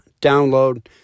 download